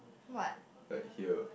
like here